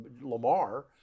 Lamar